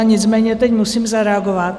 Nicméně teď musím zareagovat.